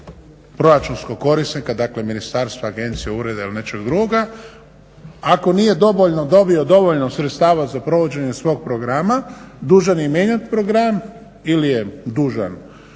proračunskog korisnika, dakle ministarstva, agencije, ureda ili nečeg drugoga ako nije dobio dovoljno sredstava za provođenje svog programa dužan je mijenjati program ili je dužan